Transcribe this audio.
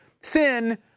sin